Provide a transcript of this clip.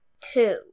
two